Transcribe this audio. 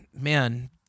man